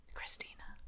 Christina